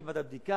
אקים ועדת בדיקה,